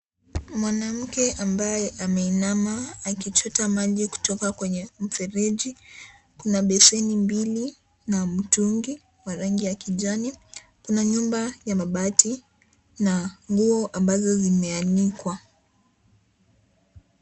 Mwanamke ambaye ameinama akichota maji kutoka kwenye mfereji, kuna beseni mbili na mtungi wa rangi ya kijani. Kuna nyumba ya mabati na nguo ambazo zimeanikwa.